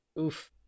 oof